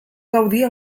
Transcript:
gaudia